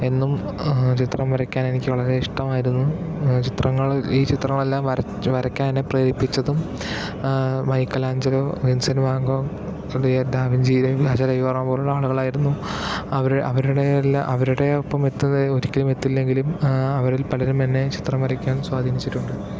എന്നും ചിത്രം വരയ്ക്കാനെനിക്ക് വളരെ ഇഷ്ടമായിരുന്നു ചിത്രങ്ങള് ഈ ചിത്രമെല്ലാം വരച്ച് വരക്കാൻ എന്നെ പ്രേരിപ്പിച്ചതും Michelangelo Vincent van Gogh Leonardo da Vinci Raja Ravi Varma പോലുള്ള ആളുകളായിരുന്നു അവര് അവരുടെ എല്ലാം അവരുടെ ഒപ്പം എത്തുന്നത് ഒരിക്കലും എത്തില്ലെങ്കിലും അവരിൽ പലരും എന്നെ ചിത്രം വരക്കൻ സ്വാധീനിച്ചിട്ടുണ്ട്